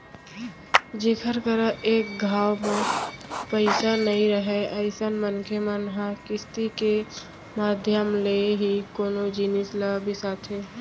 जेखर करा एक घांव म पइसा नइ राहय अइसन मनखे मन ह किस्ती के माधियम ले ही कोनो जिनिस ल बिसाथे